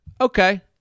Okay